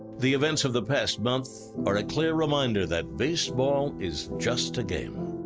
the events of the past month are a clear reminder that baseball is just a game.